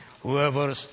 Whoever